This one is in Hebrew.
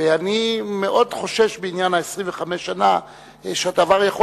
ואני מאוד חושש בעניין ה-25 שנה שהדבר יכול